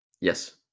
Yes